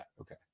Okay